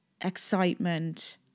excitement